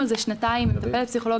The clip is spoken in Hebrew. על זה במשך שנתיים עם מטפלת פסיכולוגית.